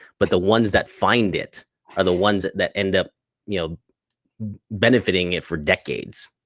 but the ones that find it are the ones that end up you know benefiting it for decades.